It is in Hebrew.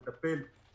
צריך לטפל בסוגיה,